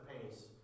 pace